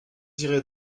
irez